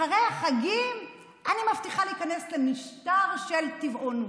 אחרי החגים אני מבטיחה להיכנס למשטר של טבעונות.